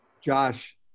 Josh